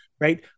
right